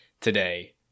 today